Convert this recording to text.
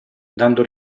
dando